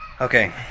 Okay